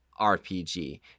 RPG